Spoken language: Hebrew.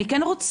אני כן רוצה,